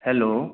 hello